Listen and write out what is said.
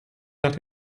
nach